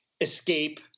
Escape